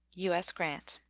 u s. grant.